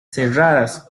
serradas